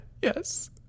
yes